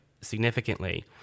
significantly